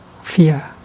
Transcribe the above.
fear